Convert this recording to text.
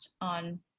on